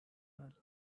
well